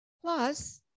Plus